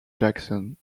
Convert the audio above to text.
jackson